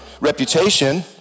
reputation